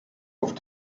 auf